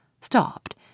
stopped